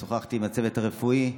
שוחחתי עם הצוות הרפואי.